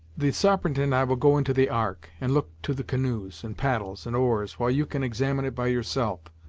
the sarpent and i will go into the ark, and look to the canoes, and paddles, and oars, while you can examine it by yourself,